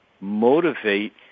motivate